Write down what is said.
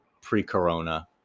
pre-corona